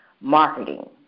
marketing